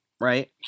Right